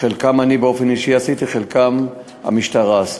חלק אני באופן אישי עשיתי, חלק המשטרה עשתה.